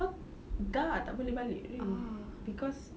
how dah tak boleh balik kan cause